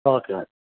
okay okay